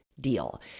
deal